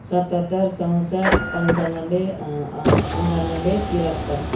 सतहत्तर चौसट्ठ पन्चानब्बे अन्ठानब्बे त्रिहत्तर